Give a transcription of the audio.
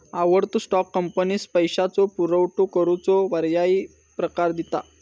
आवडतो स्टॉक, कंपनीक पैशाचो पुरवठो करूचो पर्यायी प्रकार दिता